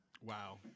Wow